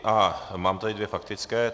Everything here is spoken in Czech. A mám tady dvě faktické.